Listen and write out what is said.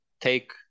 take